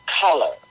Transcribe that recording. color